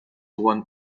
won